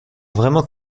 vraiment